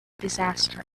disaster